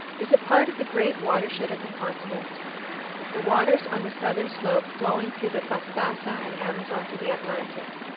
is a part of the great water-shed of the continent the waters on the southern slope flowing through the pastassa and amazon to the atlantic,